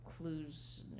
clues